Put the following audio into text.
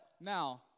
Now